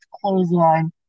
clothesline